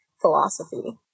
philosophy